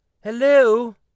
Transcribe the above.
Hello